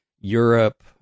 europe